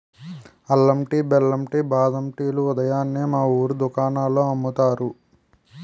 అల్లం టీ, బెల్లం టీ, బాదం టీ లు ఉదయాన్నే మా వూరు దుకాణాల్లో అమ్ముతారు